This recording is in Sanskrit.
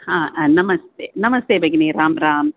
हा नमस्ते नमस्ते भगिनि रां रां